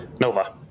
Nova